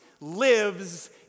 lives